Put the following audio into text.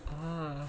ah